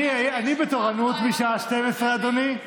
אני בתורנות משעה 12:00, אדוני.